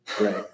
Right